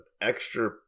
extra